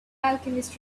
alchemist